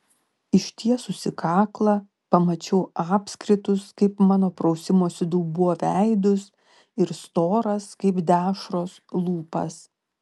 ištiesusi kaklą pamačiau apskritus kaip mano prausimosi dubuo veidus ir storas kaip dešros lūpas